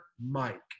Mike